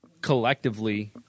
collectively